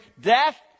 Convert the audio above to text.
death